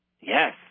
Yes